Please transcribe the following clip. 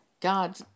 God